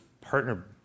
partner